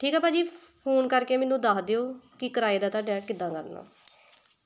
ਠੀਕ ਆ ਭਾਅ ਜੀ ਫੋਨ ਕਰਕੇ ਮੈਨੂੰ ਦੱਸ ਦਿਓ ਕਿ ਕਿਰਾਏ ਦਾ ਤੁਹਾਡਾ ਕਿੱਦਾਂ ਕਰਨਾ